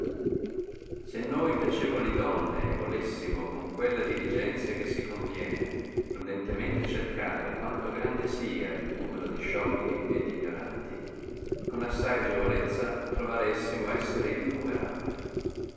se noi piacevoli donne volessimo con quella diligenzia che si conviene prudentemente cercare quanto grande sia il numero di sciocchi e d ignoranti con assai agevolezza trovaressimo essere